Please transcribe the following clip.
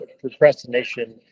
procrastination